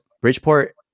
Bridgeport